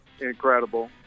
incredible